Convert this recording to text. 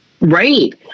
Right